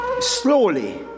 slowly